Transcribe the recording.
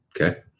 okay